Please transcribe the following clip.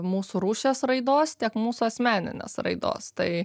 mūsų rūšies raidos tiek mūsų asmeninės raidos tai